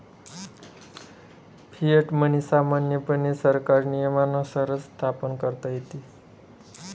fiat money सामान्यपणे सरकारी नियमानुसारच स्थापन करता येस